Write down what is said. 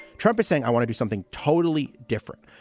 trump is saying, i want to do something totally different.